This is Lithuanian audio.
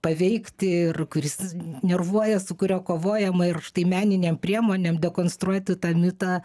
paveikti ir kuris nervuoja su kuriuo kovojama ir štai meninėm priemonėm rekonstruoti tą mitą